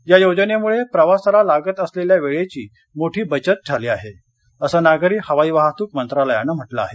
या योजनेमुळे प्रवासाला लागत असलेल्या वेळेची मोठी बचत झाली आहे असं नागरी हवाई वाहतूक मंत्रालयानं म्हटलं आहे